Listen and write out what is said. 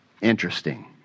Interesting